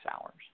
hours